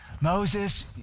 Moses